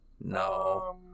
No